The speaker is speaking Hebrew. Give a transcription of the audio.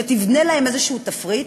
שתבנה להם איזשהו תפריט.